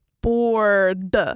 bored